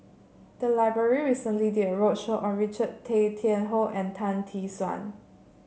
the library recently did a roadshow on Richard Tay Tian Hoe and Tan Tee Suan